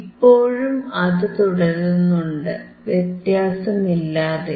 ഇപ്പോഴും അത് തുടരുന്നുണ്ട് വ്യത്യാസമില്ലാതെ